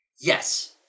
yes